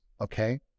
okay